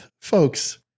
folks